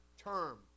term